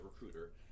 recruiter